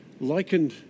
likened